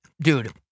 Dude